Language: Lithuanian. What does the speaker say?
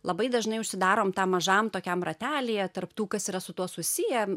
labai dažnai užsidarom tam mažam tokiam ratelyje tarp tų kas yra su tuo susiję